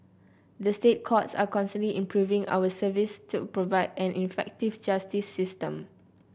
the State Courts are constantly improving our services to provide an effective justice system